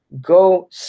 Go